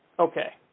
Okay